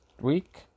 week